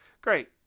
great